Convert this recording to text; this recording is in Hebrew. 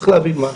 צריך להבין משהו: